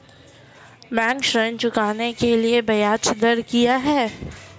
Bank ऋण चुकाने के लिए ब्याज दर क्या है?